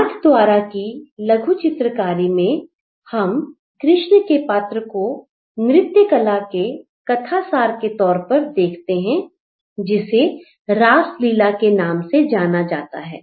नाथद्वारा की लघु चित्रकारी में हम कृष्ण के पात्र को नृत्य कला के कथासार के तौर पर देखते हैं जिसे रासलीला के नाम से जाना जाता है